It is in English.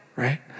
right